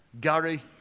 Gary